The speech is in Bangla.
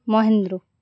মাহিন্দ্রা